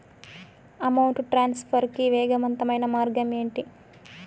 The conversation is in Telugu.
అమౌంట్ ట్రాన్స్ఫర్ కి వేగవంతమైన మార్గం ఏంటి